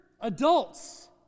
adults